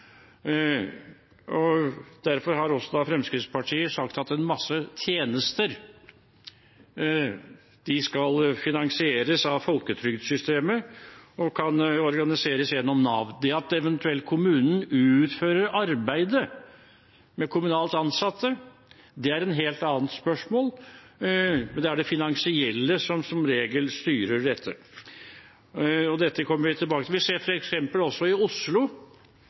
Derfor har også Fremskrittspartiet sagt at en masse tjenester skal finansieres av folketrygdsystemet og kan organiseres gjennom Nav. Det at eventuelt kommunen utfører arbeidet med kommunalt ansatte, er et helt annet spørsmål, men det er det finansielle som som regel styrer dette. Dette kommer vi tilbake til. Vi ser f.eks. også i Oslo